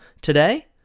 today